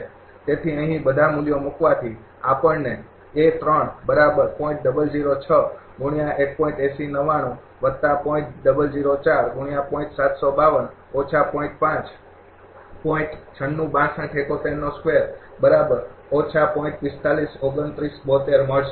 તેથી અહીં બધાં મૂલ્યો મૂકવાથી આપણને મળશે